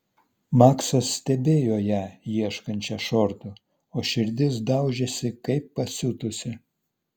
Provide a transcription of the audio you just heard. maksas stebėjo ją ieškančią šortų o širdis daužėsi kaip pasiutusi